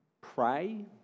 pray